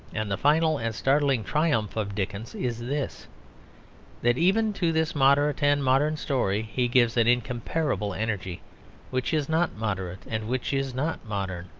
and the final and startling triumph of dickens is this that even to this moderate and modern story, he gives an incomparable energy which is not moderate and which is not modern.